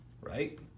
right